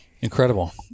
incredible